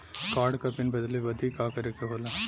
Card क PIN बदले बदी का करे के होला?